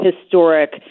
historic